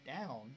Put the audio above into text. down